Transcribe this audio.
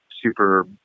super